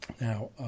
Now